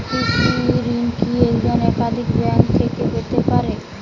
কৃষিঋণ কি একজন একাধিক ব্যাঙ্ক থেকে পেতে পারে?